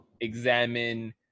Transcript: examine